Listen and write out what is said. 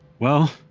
well,